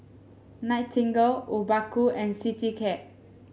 Nightingale Obaku and Citycab